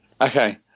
Okay